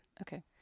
Okay